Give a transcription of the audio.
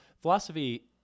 Philosophy